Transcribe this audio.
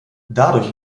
dadurch